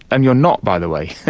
and you're not, by the way,